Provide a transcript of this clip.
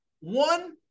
One